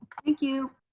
thank you.